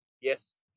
yes